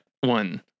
one